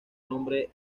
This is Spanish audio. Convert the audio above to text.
nombre